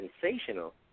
sensational